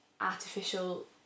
artificial